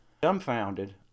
Dumbfounded